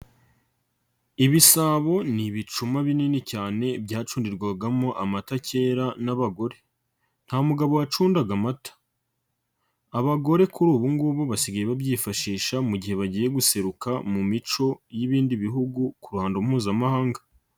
Ibisabo ni ibicuma binini cyane byacundirwagamo amata kera n'abagore nta mugabo wacundaga amata abagore kuri ubu ngubu basigaye babyifashisha mu gihe bagiye guseruka mu mico y'ibindi bihugu ku ruhando mpuzamahanga.